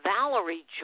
Valerie